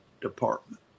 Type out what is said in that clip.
department